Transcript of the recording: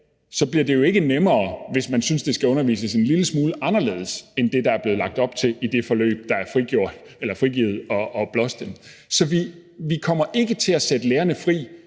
så bliver det jo ikke nemmere, hvis man synes, at der skal undervises en lille smule anderledes end det, der blev lagt op til i det forløb, der er frigivet og blåstemplet. Så vi kommer ikke til at sætte lærerne fri